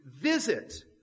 visit